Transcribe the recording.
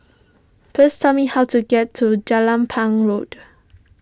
please tell me how to get to Jelapang Road